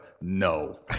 no